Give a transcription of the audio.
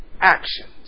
actions